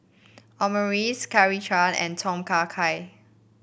Omurice and Tom Kha Gai